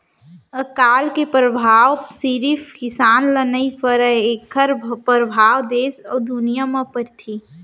अकाल के परभाव सिरिफ किसान ल नइ परय एखर परभाव देस अउ दुनिया म परथे